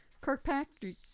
Kirkpatrick